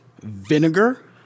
vinegar